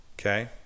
Okay